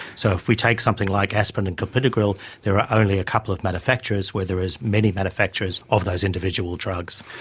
so if we take something like aspirin and clopidogrel, there are only a couple of manufacturers where there are many manufacturers of those individual drugs.